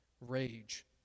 Rage